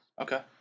Okay